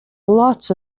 lots